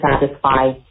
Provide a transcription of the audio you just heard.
satisfy